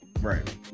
right